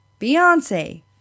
Beyonce